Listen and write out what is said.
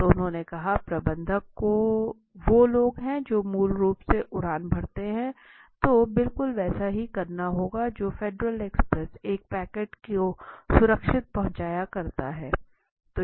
तो उन्होंने कहा प्रबंधक वो लोग हैं जो मूल रूप से उड़ान भरते हैं तो बिल्कुल वैसा ही करना होगा जैसे फेडरल एक्सप्रेस एक पैकेट को सुरक्षित पहुंचाया करता है